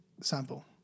sample